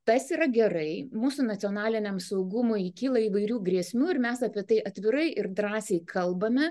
tas yra gerai mūsų nacionaliniam saugumui kyla įvairių grėsmių ir mes apie tai atvirai ir drąsiai kalbame